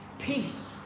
peace